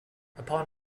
upon